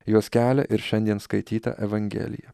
juos kelia ir šiandien skaityta evangelija